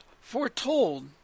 foretold